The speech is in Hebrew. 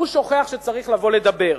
הוא שוכח שצריך לבוא לדבר.